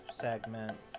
segment